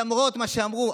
למרות מה שאמרו,